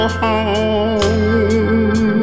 home